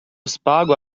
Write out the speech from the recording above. spago